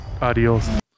Adios